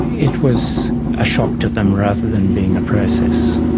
it was a shock to them rather than being a process.